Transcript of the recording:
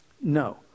No